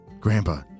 Grandpa